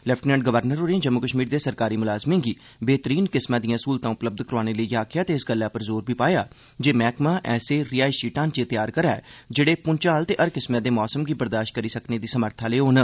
lieutenant governor होरें जम्मू कश्मीर दे सरकारी मुलाज़में गी बेह्तरीन किस्मै दिआं स्हूलतां उपलब्ध करोआने लेई आखेआ ते इस गल्लै उप्पर जोर बी पाया जे मैह्कमा ऐसे रिहायशी ढांचे तैयार करै जेह्ड़े मूंचाल ते हर किस्मै दे मौसम गी बर्दाश्त करी सकने दी समर्थ आह्ले होन